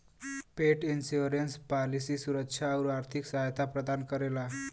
पेट insurance policy सुरक्षा आउर आर्थिक सहायता प्रदान करेला